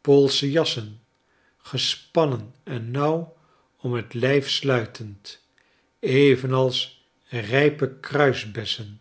poolsche jassen gespannen en nauw om het lijf sluitend evenals rijpe kruisbessen